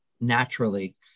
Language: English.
naturally